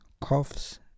coughs